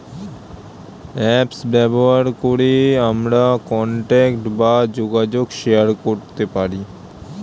apps ব্যবহার করে আমরা কন্টাক্ট বা যোগাযোগ শেয়ার করতে পারি